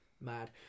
Mad